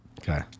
okay